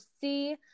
see